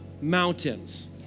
mountains